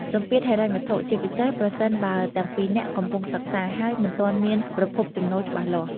សម្ពាធហិរញ្ញវត្ថុ ជាពិសេសប្រសិនបើទាំងពីរនាក់កំពុងសិក្សា ហើយមិនទាន់មានប្រភពចំណូលច្បាស់លាស់។